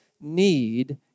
need